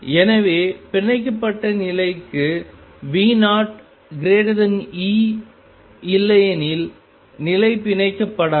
எனவே பிணைக்கப்பட்ட நிலைக்கு V0E இல்லையெனில் நிலை பிணைக்கப்படாது